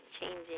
changing